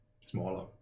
smaller